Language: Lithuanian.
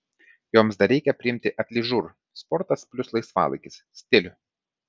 joms dar reikia priimti atližur sportas plius laisvalaikis stilių